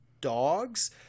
dogs